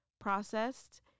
processed